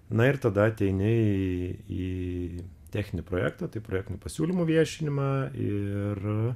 na ir tada ateini į techninį projektą tai projektinių pasiūlymų viešinimą ir